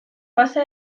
fase